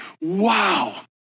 wow